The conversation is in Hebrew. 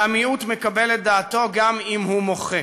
והמיעוט מקבל את דעתו גם אם הוא מוחה,